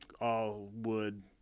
all-wood